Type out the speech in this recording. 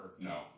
No